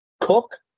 Cook